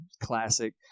Classic